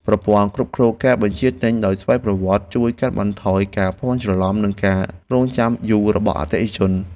ប្រព័ន្ធគ្រប់គ្រងការបញ្ជាទិញដោយស្វ័យប្រវត្តិជួយកាត់បន្ថយការភ័ន្តច្រឡំ និងការរង់ចាំយូររបស់អតិថិជន។